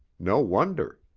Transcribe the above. no wonder.